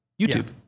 YouTube